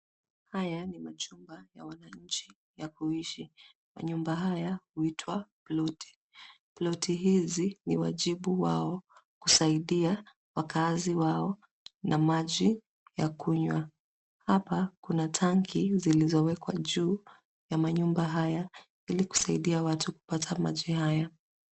Haya ni majumba ya wananchi ya kuishi. Manyumba haya huitwa ploti. Ploti hizi ni wajibu wao kusaidia wakazi wao na maji ya kunywa. Hapa kuna tangi zilizowekwa juu ya manyumba haya ili kusaidia watu kupata maji haya.